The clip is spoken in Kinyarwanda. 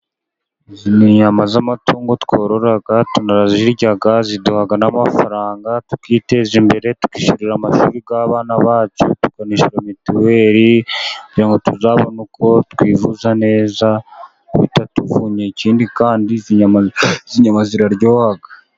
Izi ni inyama z'amatungo tworora, turazirya, ziduha namafaranga tukiteza imbere, tukishyurira amashuri y'abana bacu, tukanishyura mitiweli ngo tuzabone uko twivuza neza bitatuvunnye, ikindi kandi izi nyama ziraryoha.